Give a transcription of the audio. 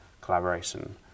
collaboration